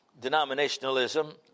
denominationalism